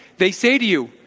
they say to you,